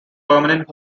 permanent